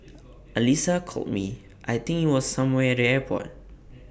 Alyssa called me I think IT was somewhere at the airport